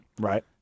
right